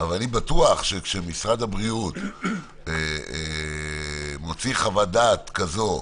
אבל אני בטוח שכשמשרד הבריאות מוציא חוות דעת כזו,